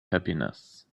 happiness